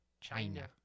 china